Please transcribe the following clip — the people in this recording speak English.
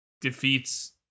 defeats